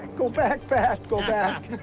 go back, back, go back.